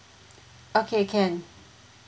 okay can